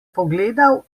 pogledal